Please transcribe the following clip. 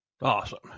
awesome